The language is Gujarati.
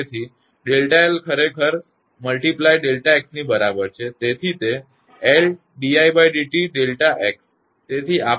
Δ𝑥 તેથી આપણે હવે આંશિક વ્યુત્પન્ન પારસ્યલ ડેરીવેટીવ લઈ રહ્યા છીએ